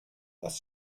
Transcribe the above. das